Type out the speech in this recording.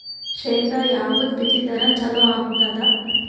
ಶೇಂಗಾ ಯಾವದ್ ಬಿತ್ತಿದರ ಚಲೋ ಆಗತದ?